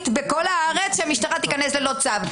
בכל הארץ שהמשטרה תיכנס אליו ללא צו.